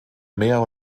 mehr